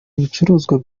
ibicuruzwa